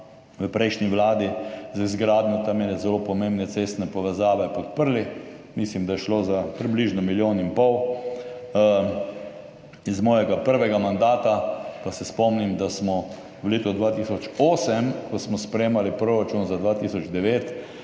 v prejšnji vladi z izgradnjo ene zelo pomembne cestne povezave podprli, mislim, da je šlo za približno 1,5 milijona. Iz mojega prvega mandata pa se spomnim, da smo v letu 2008, ko smo sprejemali proračun za 2009,